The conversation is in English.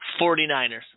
49ers